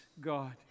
God